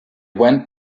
went